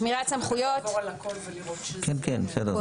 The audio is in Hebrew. צריך לעבור על הכול ולראות שזה --- קוהרנטי,